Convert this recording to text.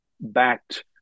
backed